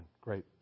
Great